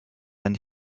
and